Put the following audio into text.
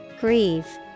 Grieve